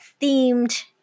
themed